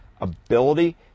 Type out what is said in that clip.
ability